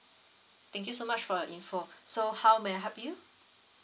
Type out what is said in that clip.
thank you so much for your info so how may I help you